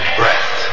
breath